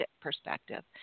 perspective